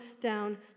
down